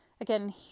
Again